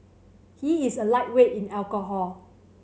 he is a lightweight in alcohol